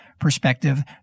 perspective